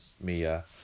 Mia